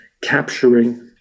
capturing